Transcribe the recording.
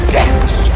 dance